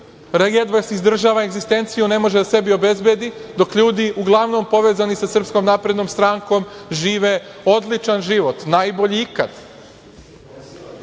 jedva izdržava egzistenciju, ne može da sebi obezbedi… dok ljudi, uglavnom povezani sa Srpskom naprednom strankom, žive odličan život, najbolji ikad? Da